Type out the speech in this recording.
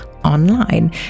online